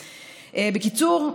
בקיצור,